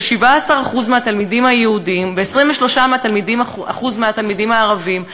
של 17% מהתלמידים היהודים ו-23% מהתלמידים הערבים,